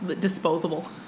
disposable